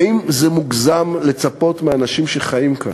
האם זה מוגזם לצפות מאנשים שחיים כאן,